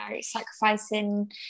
sacrificing